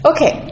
Okay